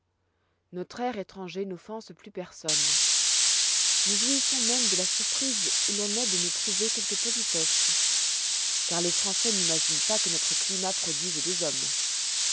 notre air étranger n'offense plus personne nous jouissons même de la surprise où l'on est de nous trouver quelque politesse car les françois n'imaginent pas que notre climat produise des hommes